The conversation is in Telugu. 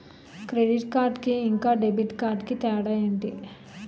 క్రెడిట్ కార్డ్ కి ఇంకా డెబిట్ కార్డ్ కి తేడా ఏంటి?